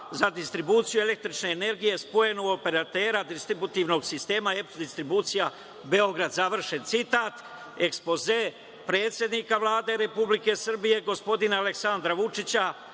za distribuciju električne energije spojeno u operatera distributivnog sistema „EPS distribucija Beograd“.“ – ekspoze predsednika Vlade Republike Srbije, gospodina Aleksandra Vučića,